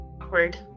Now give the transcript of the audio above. awkward